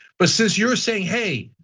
but since you're saying, hey,